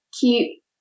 keep